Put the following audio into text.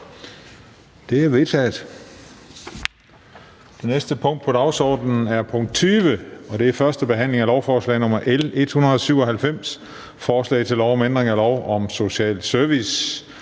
Det er vedtaget. --- Det næste punkt på dagsordenen er: 20) 1. behandling af lovforslag nr. L 197: Forslag til lov om ændring af lov om social service.